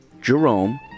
Jerome